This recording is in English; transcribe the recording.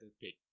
pick